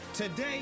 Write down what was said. Today